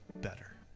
better